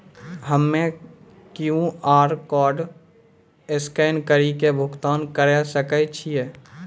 हम्मय QR code scan कड़ी के भुगतान करें सकय छियै?